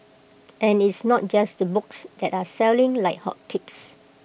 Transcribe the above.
and it's not just the books that are selling like hotcakes